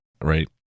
right